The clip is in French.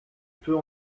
peut